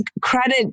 credit